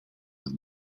with